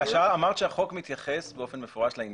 אמרת שהחוק מתייחס באופן מפורש לעניין,